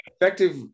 effective